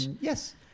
Yes